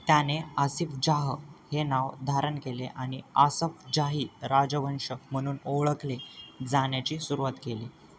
त्याने आसिफ जाह हे नाव धारण केले आणि आसफजाही राजवंश म्हणून ओळखले जाण्याची सुरुवात केली